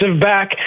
back